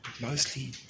mostly